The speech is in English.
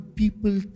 people